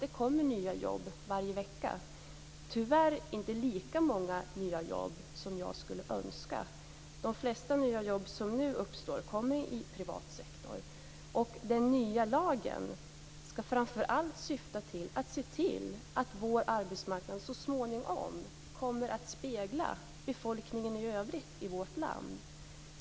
Det kommer nya jobb varje vecka, tyvärr inte så många nya jobb som jag skulle önska. De flesta nya jobb tillkommer i privat sektor. Och den nya lagen skall framför allt syfta till att se till att vår arbetsmarknad så småningom kommer att spegla befolkningen i övrigt i vårt land.